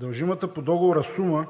Дължимата по Договора сума